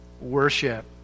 worship